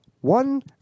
one